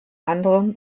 anderem